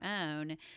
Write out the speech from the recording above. own